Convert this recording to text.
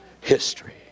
history